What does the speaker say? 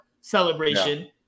celebration